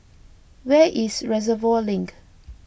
where is Reservoir Link